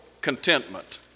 contentment